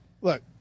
look